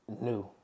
new